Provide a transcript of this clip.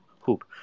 hoop